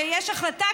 וכבר יש החלטה,